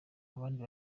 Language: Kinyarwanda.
abandi